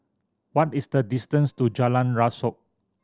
what is the distance to Jalan Rasok